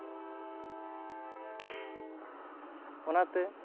ᱚᱱᱟᱛᱮ